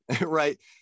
Right